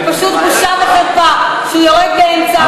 זאת פשוט בושה וחרפה שהוא יורד באמצע,